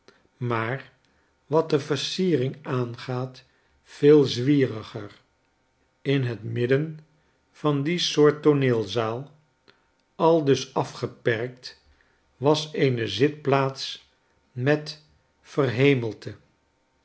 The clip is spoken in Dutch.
maar wat de versiering aangaat veel zwieriger in het midden van die soort tooneelzaal aldus afgeperkt was eenezitplaatsmet